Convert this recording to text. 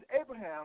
Abraham